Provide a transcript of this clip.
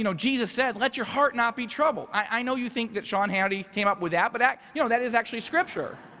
you know jesus said, let your heart not be troubled. i know you think that sean hattie came up with that, but and you know that is actually scripture.